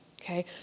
okay